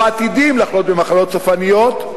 או עתידים לחלות במחלות סופניות,